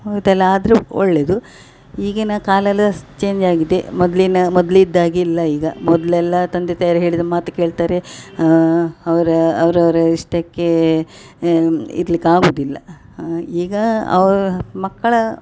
ಹೌದಲ್ಲ ಆದರೂ ಒಳ್ಳೆಯದು ಈಗಿನ ಕಾಲ ಎಲ್ಲ ಚೇಂಜ್ ಆಗಿದೆ ಮೊದಲಿನ ಮೊದ್ಲು ಇದ್ದ ಹಾಗೆ ಇಲ್ಲ ಈಗ ಮೊದಲೆಲ್ಲ ತಂದೆ ತಾಯಿ ಹೇಳಿದ ಮಾತು ಕೇಳ್ತಾರೆ ಅವ್ರ ಅವ್ರ ಅವ್ರ ಇಷ್ಟಕ್ಕೆ ಇರ್ಲಿಕ್ಕೆ ಆಗುದಿಲ್ಲ ಈಗ ಅವ್ ಮಕ್ಕಳು